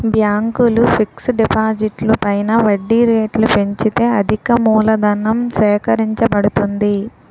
బ్యాంకులు ఫిక్స్ డిపాజిట్లు పైన వడ్డీ రేట్లు పెంచితే అధికమూలధనం సేకరించబడుతుంది